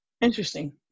Interesting